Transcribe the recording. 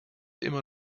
immer